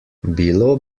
bilo